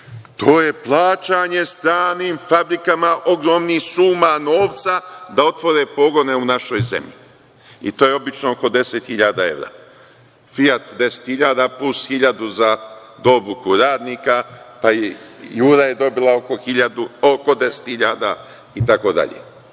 To je plaćanje stranim fabrikama ogromnih suma novca da otvore pogone u našoj zemlji i to je obično oko 10.000 evra. „Fijat“ 10.000, plus 1.000 za do obuku rada, pa i „Jura“ je dobila oko 10.000 itd. Pa, je